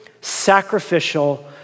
sacrificial